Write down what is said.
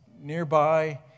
nearby